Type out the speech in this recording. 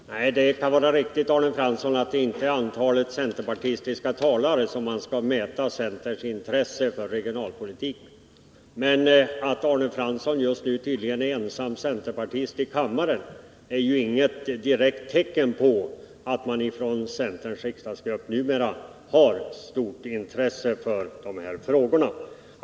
Herr talman! Det kan vara riktigt, Arne Fransson, att det inte är i antalet centerpartistiska talare som man skall mäta centerns intresse för regionalpolitiken. Men att Arne Fransson just nu tydligen är ensam centerpartist i kammaren är ju inte direkt något tecken på att centerns riksdagsgrupp numera hyser så stort intresse för dessa frågor.